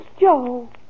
Joe